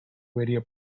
radio